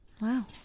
wow